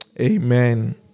Amen